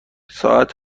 ساعت